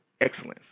excellence